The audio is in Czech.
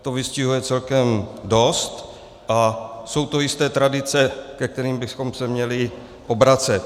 To vystihuje celkem dost a jsou to jisté tradice, ke kterým bychom se měli obracet.